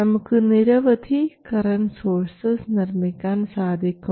നമുക്ക് നിരവധി current sources നിർമ്മിക്കാൻ സാധിക്കും